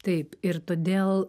taip ir todėl